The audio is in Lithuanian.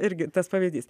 irgi tas pavyzdys